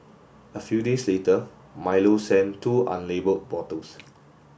a few days later Milo sent two unlabelled bottles